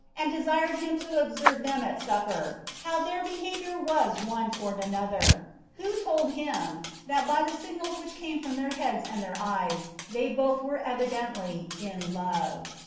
and desired him to observe them at supper, how their behavior was one toward another who told him, that by the signals which came from their heads and their eyes, they both were evidently in love.